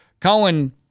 Cohen